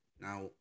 Now